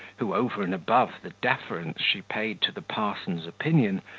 who, over and above the deference she paid to the parson's opinion,